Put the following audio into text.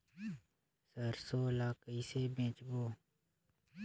सरसो ला कइसे बेचबो?